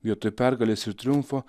vietoj pergalės ir triumfo